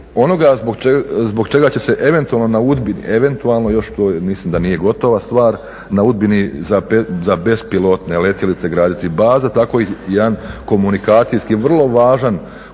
onoga zbog čega će se eventualno na Udbini, eventualno još to mislim da nije gotova stvar na Udbini za bespilotne letjelice graditi baza tako i jedan komunikacijski vrlo važan